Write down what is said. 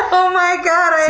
oh my god,